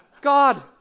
God